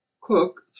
Cook